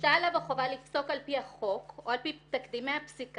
והושתה עליו החובה לפסוק על פי החוק או על פי תקדימי פסיקה"